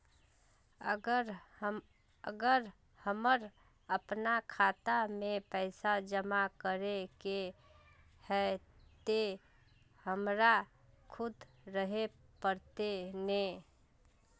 अगर हमर अपना खाता में पैसा जमा करे के है ते हमरा खुद रहे पड़ते ने?